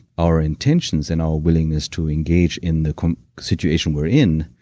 our intentions and our willingness to engage in the situation we're in,